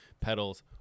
pedals